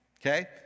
okay